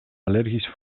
allergisch